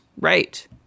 right